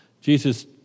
Jesus